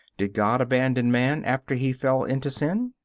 did god abandon man after he fell into sin?